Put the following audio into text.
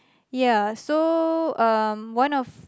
ya so um one of